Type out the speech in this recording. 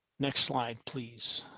next slide please